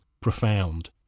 profound